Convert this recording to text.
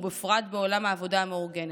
ובפרט בעולם העבודה המאורגנת.